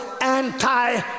anti